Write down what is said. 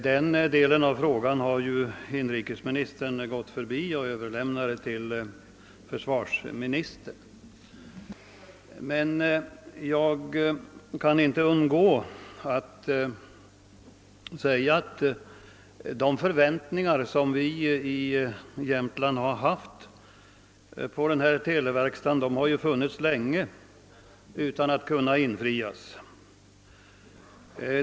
Den delen av frågan har inrikesministern gått förbi och överlämnat till försvarsministern att besvara. Men jag kan inte underlåta att framhålla att de förväntningar som vi i Jämtland haft på en televerkstad har funnits länge utan att kunna infrias.